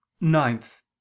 Ninth